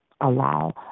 allow